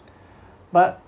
but